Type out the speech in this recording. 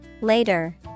Later